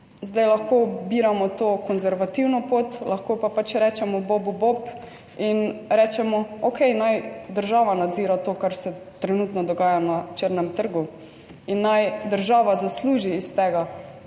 zdaj lahko ubiramo to konservativno pot, lahko pa pač rečemo bobu bob in rečemo okej, naj država nadzira to, kar se trenutno dogaja na črnem trgu in naj država zasluži iz tega,